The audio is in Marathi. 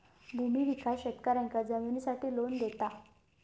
भूमि विकास शेतकऱ्यांका जमिनीसाठी लोन देता